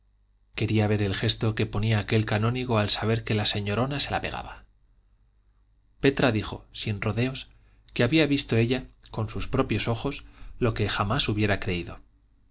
quería ver el gesto que ponía aquel canónigo al saber que la señorona se la pegaba petra dijo sin rodeos que había visto ella con sus propios ojos lo que jamás hubiera creído